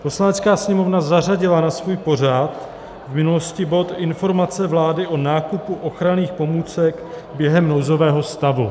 Poslanecká sněmovna zařadila na svůj pořad v minulosti bod Informace vlády o nákupu ochranných pomůcek během nouzového stavu.